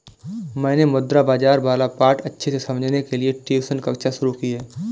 मैंने मुद्रा बाजार वाला पाठ अच्छे से समझने के लिए ट्यूशन कक्षा शुरू की है